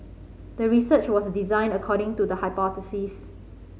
the research was designed according to the hypothesis